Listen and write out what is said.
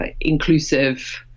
inclusive